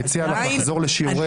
אני מציע לך לחזור לשיעורי אזרחות.